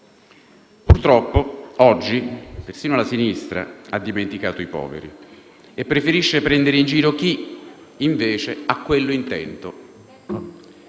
purtroppo, persino la sinistra ha dimenticato i poveri e preferisce prendere in giro chi, invece, ha quell'intento.